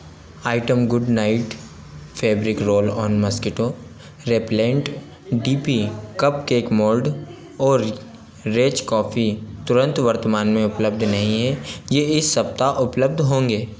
item good night fabric roll on mosquito repellent D P cupcake mould और Rage coffee तुरंत वर्तमान में उपलब्ध नहीं हैं ये इस सप्ताह उपलब्ध होंगे